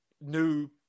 new